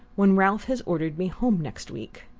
when ralph has ordered me home next week?